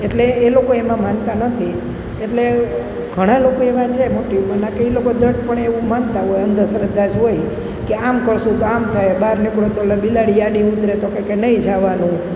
એટલે એ લોકો એમાં માનતા નથી એટલે ઘણાં લોકો એવાં છે મોટી ઉમરના કે એ લોકો દ્રઢ પણે એવું માનતા હોય અંધશ્રદ્ધા જ હોય કે આમ કરશું તો આમ થાય બહાર નીકળો તો ઓલા બિલાડી આડી ઉતરે તોકે કે નહીં જાવાનું